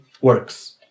works